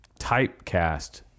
typecast